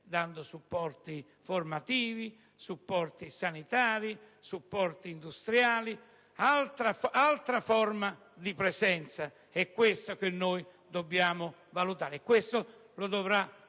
dando supporti formativi, supporti sanitari, supporti industriali. Si tratta di un'altra forma di presenza. È questa che noi dobbiamo valutare; questo dovrà